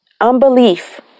Unbelief